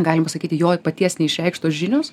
galima sakyti jo paties neišreikštos žinios